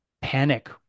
panic